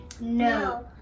No